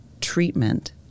treatment